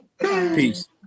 Peace